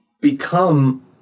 become